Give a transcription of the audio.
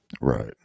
Right